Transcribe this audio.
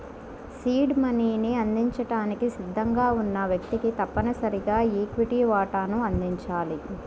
seed మనీని అందించడానికి సిద్ధంగా ఉన్న వ్యక్తికి తప్పనిసరిగా ఈక్విటీ వాటాను అందించాలి